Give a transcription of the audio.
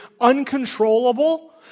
uncontrollable